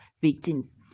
victims